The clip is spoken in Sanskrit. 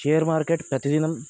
शेर् मार्केट् प्रतिदिनम्